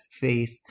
faith